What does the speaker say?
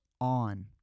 on